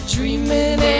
Dreaming